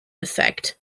effect